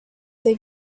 they